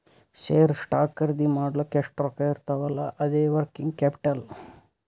share, stock ಖರ್ದಿ ಮಾಡ್ಲಕ್ ಎಷ್ಟ ರೊಕ್ಕಾ ಇರ್ತಾವ್ ಅಲ್ಲಾ ಅದೇ ವರ್ಕಿಂಗ್ ಕ್ಯಾಪಿಟಲ್